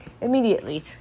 Immediately